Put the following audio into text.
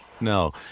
No